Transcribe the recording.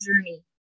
journey